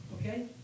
okay